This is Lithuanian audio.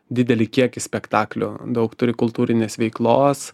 didelį kiekį spektaklių daug turi kultūrinės veiklos